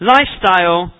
Lifestyle